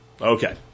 Okay